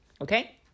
okay